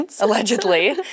Allegedly